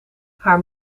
haar